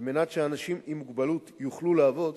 על מנת שאנשים עם מוגבלות יוכלו לעבוד,